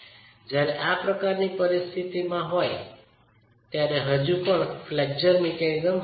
જ્યારે આ પ્રકારની પરિસ્થિતિમાં હોય ત્યારે હજુ પણ ફ્લેક્ચર મિકેનિઝમ હાજર છે